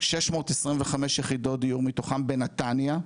625 יחידות דיור, מתוכם בנתניה.